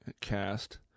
cast